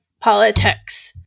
politics